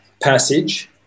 passage